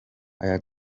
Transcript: aya